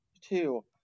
two